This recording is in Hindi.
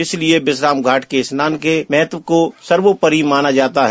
इसीलिए विश्राम घाट के स्नान के महत्व को सर्वोपरि माना जाता है